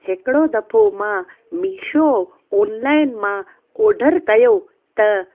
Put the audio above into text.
हिकिड़ो दफ़ो मां मीशो ऑनलाइन मां ऑडर कयो त